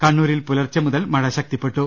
കണ്ണൂരിൽ പുലർച്ചെ മുതൽ മഴ ശക്തിപ്പെട്ടു